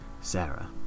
sarah